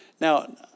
Now